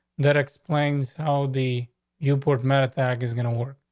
that explains how the airport matter attack is gonna work.